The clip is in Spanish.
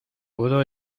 puedo